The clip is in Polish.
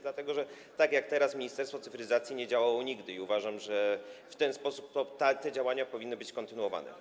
Pytam, dlatego że tak jak teraz Ministerstwo Cyfryzacji nie działało nigdy i uważam, że w ten sam sposób te działania powinny być kontynuowane.